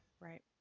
Right